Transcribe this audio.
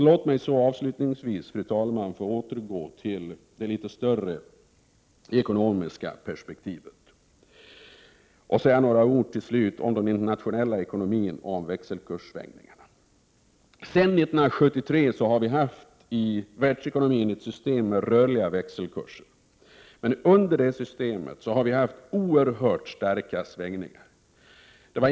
Låt mig avslutningsvis, fru talman, återgå till det litet större ekonomiska perspektivet och säga några ord om den internationella ekonomin och växelkurssvängningarna. Sedan 1973 har ett system med rörliga växelkurser använts i världsekonomin, men under den tiden har det skett oerhört starka svängningar.